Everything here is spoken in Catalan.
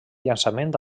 llançament